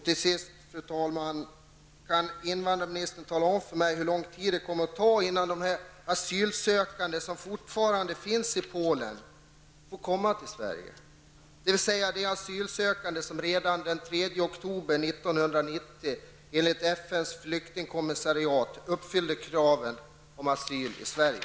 Till sist, fru talman: Kan invandrarministern tala om för mig hur lång tid det kommer att ta innan de asylsökande som fortfarande finns i Polen får komma till Sverige? Jag åsyftar alltså de asylsökande som redan den 3 oktober 1990 enligt FNs flyktingkommissar uppfyllde kraven på att få asyl i Sverige.